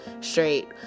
straight